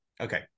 Okay